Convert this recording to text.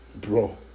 bro